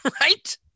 right